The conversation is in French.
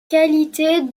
qualité